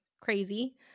Crazy